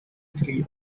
tri